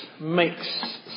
makes